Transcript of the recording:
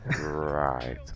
Right